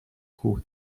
کوه